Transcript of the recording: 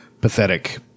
pathetic